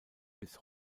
bis